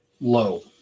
low